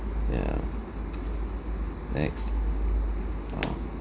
yeah next uh